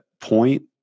point